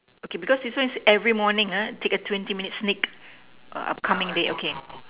okay because this one is every morning ah take a twenty minute sneak err upcoming day okay